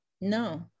No